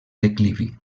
declivi